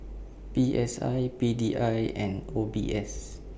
P S I P D I and O B S